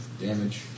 Damage